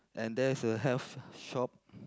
and there is a health shop